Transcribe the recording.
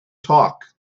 talk